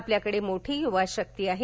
आपल्याकडे मोठी यूवा शक्ती आहे